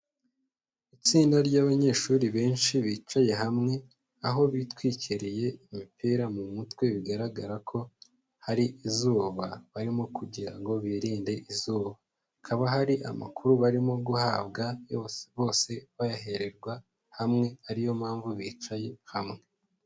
Itsinda ry'abanyeshuri benshi bicaye hamwe, aho bitwikiriye imipira mu mutwe bigaragara ko hari izuba, barimo kugira ngo birinde izuba, hakaba hari amakuru barimo guhabwa bose bayahererwa hamwe ari yo mpamvu bicaye hamwe.